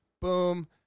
boom